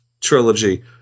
trilogy